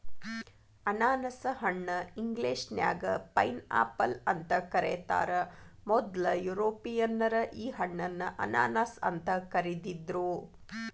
ಅನಾನಸ ಹಣ್ಣ ಇಂಗ್ಲೇಷನ್ಯಾಗ ಪೈನ್ಆಪಲ್ ಅಂತ ಕರೇತಾರ, ಮೊದ್ಲ ಯುರೋಪಿಯನ್ನರ ಈ ಹಣ್ಣನ್ನ ಅನಾನಸ್ ಅಂತ ಕರಿದಿದ್ರು